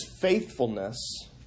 faithfulness